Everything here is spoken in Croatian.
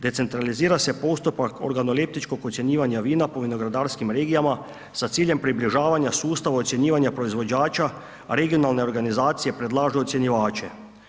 Decentralizira se postupak organoleptičkog ocjenjivanja vina po vinogradarskim regijama sa ciljem približavanja sustavu ocjenjivanja proizvođača, a regionalne organizacije predlažu ocjenjivače.